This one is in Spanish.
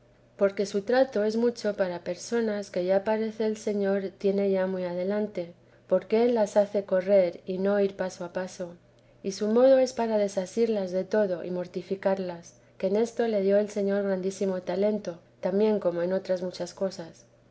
porque su trato es mucho para personas que ya parece el señor tiene ya muy adelante porque él las hace correr y no ir paso a paso y su modo es para desasirlas de todo y mortificarlas que en esto le dio el señor grandísimo talento también como en otras muchas cosas